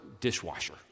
dishwasher